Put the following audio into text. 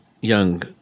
young